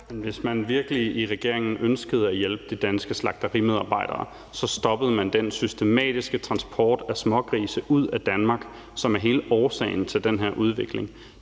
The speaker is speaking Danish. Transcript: Hvis man virkelig i regeringen ønskede at hjælpe de danske slagterimedarbejdere, stoppede man den systematiske transport af smågrise ud af Danmark, som er hele årsagen til den her udvikling.